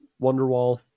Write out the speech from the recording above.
wonderwall